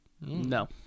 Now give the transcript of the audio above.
No